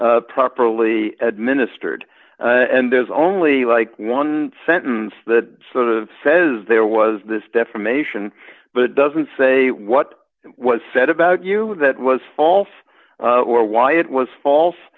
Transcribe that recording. properly administered and there's only like one sentence that sort of says there was this defamation but it doesn't say what was said about you that was false or why it was